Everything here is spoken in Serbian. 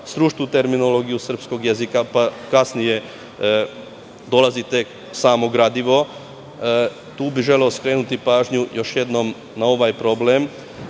stručnu terminologiju srpskog jezika, pa kasnije dolazi tek samo gradimo, tu bih želeo skrenuti pažnju još jednom na ovaj problem.